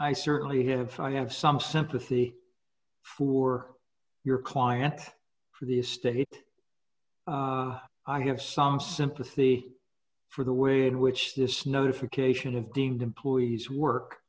i certainly have i have some sympathy for your client for the estate i have some sympathy for the way in which this notification of deemed employees work